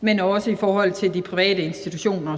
men også i forhold til de private institutioner